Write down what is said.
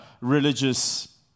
religious